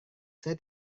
saya